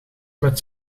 met